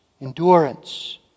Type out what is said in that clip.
endurance